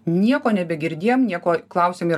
nieko nebegirdėjom nieko klausėm ir